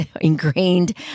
ingrained